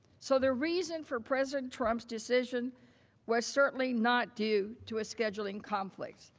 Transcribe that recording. so the reason for president trump's decision was certainly not due to a scheduling conflict.